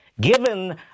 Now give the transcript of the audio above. given